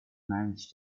managed